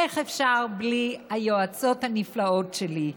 איך אפשר בלי היועצות הנפלאות שלי?